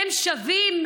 הם שווים